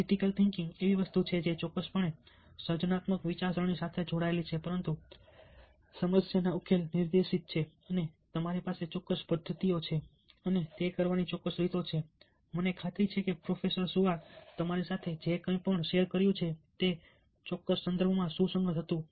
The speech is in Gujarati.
ક્રિટિકલ થિંકિંગ એવી વસ્તુ છે જે ચોક્કસપણે સર્જનાત્મક વિચારસરણી સાથે જોડાયેલી છે પરંતુ તે સમસ્યાના ઉકેલ પર નિર્દેશિત છે અને તમારી પાસે ચોક્કસ પદ્ધતિઓ છે અને તે કરવાની ચોક્કસ રીતો છે અને મને ખાતરી છે કે પ્રોફેસર સુઆર તમારી સાથે જે કંઈપણ શેર કર્યું તે ચોક્કસ સંદર્ભમાં સુસંગત હતું